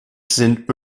sind